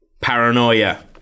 paranoia